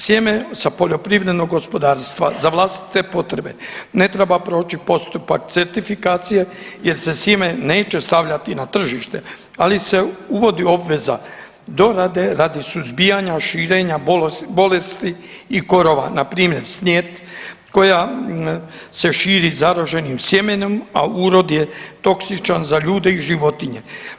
Sjeme sa poljoprivrednog gospodarstva za vlastite potrebe ne treba proći postupak certifikacije jer se sjeme neće stavljati na tržište, ali se uvodi obveza dorade radi suzbijanja, širenja bolesti i korova npr. snijet koja se širi zaraženim sjemenom, a urod je toksičan za ljude i životinje.